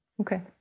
okay